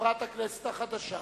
חברת הכנסת החדשה.